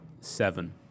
seven